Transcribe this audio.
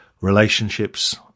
relationships